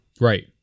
Right